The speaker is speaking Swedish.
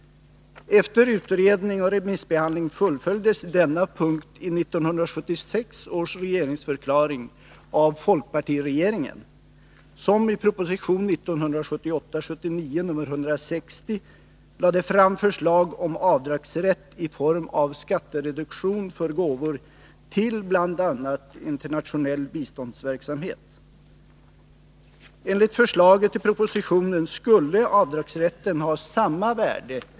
Efter utredning och remissbehandling fullföljdes denna punkt i 1976 års regeringsförklaring av folkpartiregeringen, som i proposition 1978/79:160 lade fram förslag om avdragsrätt i form av skattereduktion för gåvor till bl.a. internationell biståndsverksamhet.